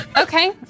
Okay